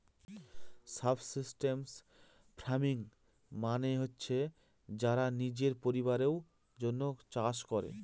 subsistence farming মানে হচ্ছে যারা নিজের পরিবারের জন্য চাষ করে